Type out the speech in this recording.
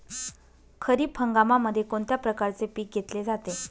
खरीप हंगामामध्ये कोणत्या प्रकारचे पीक घेतले जाते?